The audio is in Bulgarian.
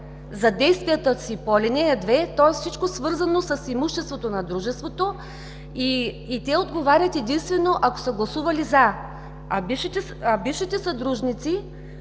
за действията си по ал. 2, тоест всичко, свързано с имуществото на дружеството, и те отговарят единствено, ако са гласували „за”. Бившите съдружници